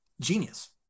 genius